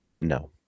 no